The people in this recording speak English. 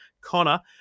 connor